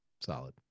solid